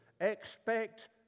Expect